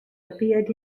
appeared